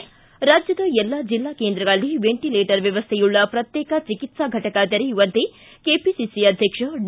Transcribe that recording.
ಿಗಾರಾಜ್ಯದ ಎಲ್ಲ ಜಿಲ್ಲಾ ಕೇಂದ್ರಗಳಲ್ಲಿ ವೆಂಟಲೇಟರ್ ವ್ಯವಸ್ಥೆಯುಳ್ಳ ಪ್ರತ್ಯೇಕ ಚಿಕಿತ್ಸಾ ಘಟಕ ತೆರೆಯುವಂತೆ ಕೆಪಿಸಿಸಿ ಅಧ್ಯಕ್ಷ ಡಿ